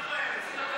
אנחנו נעביר להם.